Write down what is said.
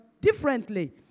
differently